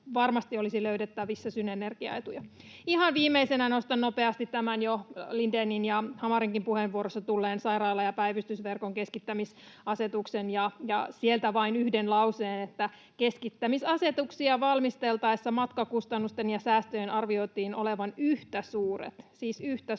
varmasti olisi löydettävissä synergiaetuja. Ihan viimeisenä nostan nopeasti jo Lindénin ja Hamarinkin puheenvuoroissa tulleen sairaala- ja päivystysverkon keskittämisasetuksen ja sieltä vain yhden lauseen: ”Keskittämisasetuksia valmisteltaessa matkakustannusten ja säästöjen arvioitiin olevan yhtä suuret.” Siis yhtä suuret.